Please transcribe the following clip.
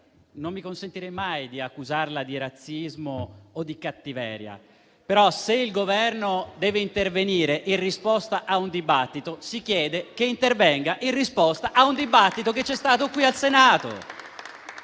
non mi consentirei mai di accusarla di razzismo o di cattiveria; però, se il Governo deve intervenire in risposta a un dibattito, si chiede che intervenga in risposta al dibattito che c'è stato qui al Senato.